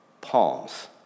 Palms